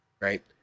right